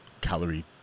calorie